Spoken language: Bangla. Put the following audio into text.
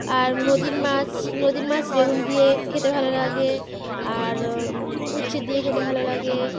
আর নদীর মাছ নদীর মাছ বেগুন দিয়ে খেতে ভালো লাগে আর উচ্ছে দিয়ে খেতে ভালো লাগে